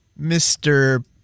Mr